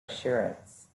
assurance